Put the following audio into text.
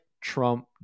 Trump